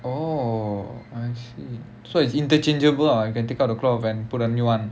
oh I see so it's interchangeable ah you can take out the cloth and put a new one